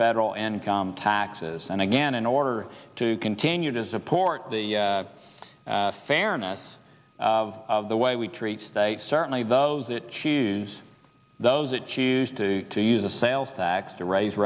federal income taxes and again in order to continue to support the fairness of the way we treat certainly those that choose those that choose to to use the sales tax to raise